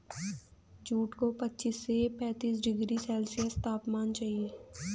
jute को पच्चीस से पैंतीस डिग्री सेल्सियस तापमान चाहिए